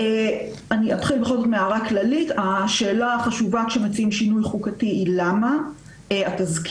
גם אמרת שאתם לא רוצים לנהל שיח, וגם